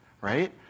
Right